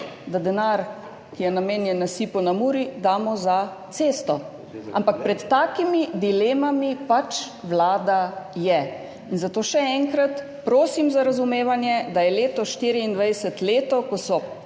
da denar, ki je namenjen nasipu na Muri, damo za cesto. Ampak pred takimi dilemami pač vlada je. In zato še enkrat prosim za razumevanje, da je leto 2024 leto, ko so